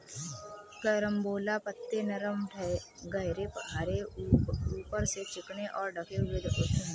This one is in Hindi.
कैरम्बोला पत्ते नरम गहरे हरे ऊपर से चिकने और ढके हुए होते हैं